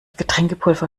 getränkepulver